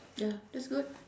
ya that's good